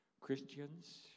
Christians